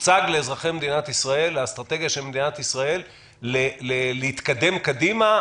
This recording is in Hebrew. תוצג לאזרחי מדינת ישראל האסטרטגיה של מדינת ישראל להתקדם קדימה,